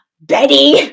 betty